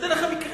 אתן לכם מקרה: